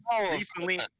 recently